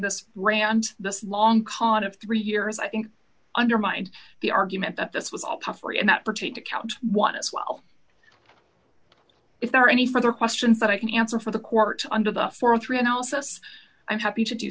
this grand this long con of three years i think undermined the argument that this was all puffery and that pertained to count one as well if there are any further questions that i can answer for the court under the forty three and also s i'm happy to do